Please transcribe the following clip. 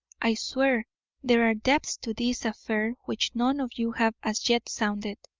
i swear there are depths to this affair which none of you have as yet sounded.